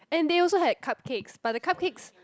and they also had like cupcakes but the cupcakes